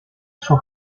suo